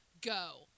go